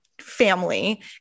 family